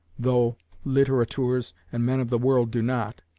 though litterateurs and men of the world do not,